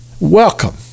Welcome